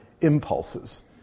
impulses